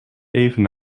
even